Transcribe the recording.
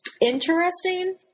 interesting